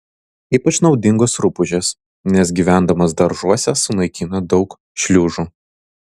ypač naudingos rupūžės nes gyvendamos daržuose sunaikina daug šliužų